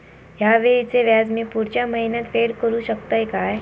हया वेळीचे व्याज मी पुढच्या महिन्यात फेड करू शकतय काय?